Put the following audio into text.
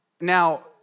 Now